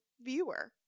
viewer